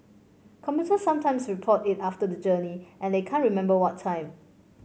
commuters sometimes report it after the journey and they can't remember what time